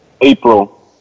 April